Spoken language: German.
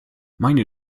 meine